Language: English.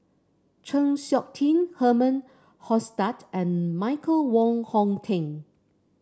Chng Seok Tin Herman Hochstadt and Michael Wong Hong Teng